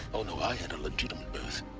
oh no, i had a legitimate birth.